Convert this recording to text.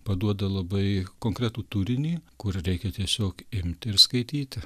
paduoda labai konkretų turinį kur reikia tiesiog imt ir skaityti